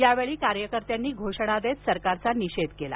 यावेळी कार्यकर्त्यांनी घोषणा देत सरकारचा निषेध केला